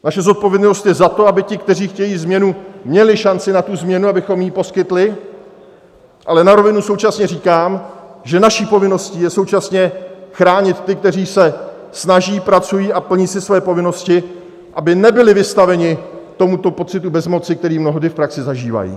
Naše zodpovědnost je za to, aby ti, kteří chtějí změnu, měli šanci na tu změnu, abychom jim ji poskytli, ale na rovinu současně říkám, že naší povinností je současně chránit ty, kteří se snaží, pracují a plní si své povinnosti, aby nebyli vystaveni pocitu bezmoci, který mnohdy v praxi zažívají.